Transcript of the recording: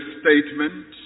statement